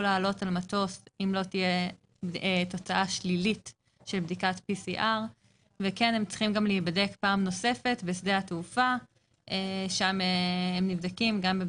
לעלות על מטוס אם לא תהיה תוצאה שלילית של בדיקת PCR. הם צריכים להיבדק פעם נוספת בשדה התעופה ואז הם מקבלים את